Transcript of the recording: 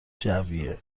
جویی